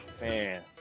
man